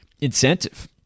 incentive